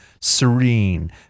serene